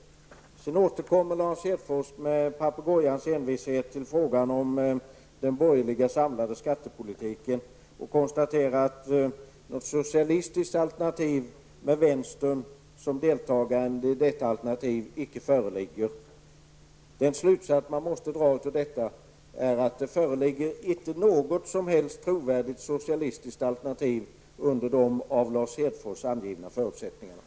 Lars Hedfors återkommer med papegojans envishet till frågan om den samlade borgerliga skattepolitiken och konstaterar att något socialistiskt alternativ med vänstern som deltagare inte föreligger. Den slutsats man måste dra av detta är att det inte finns något som helst trovärdigt socialistiskt alternativ under de av Lars Hedfors angivna förutsättningarna.